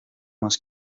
más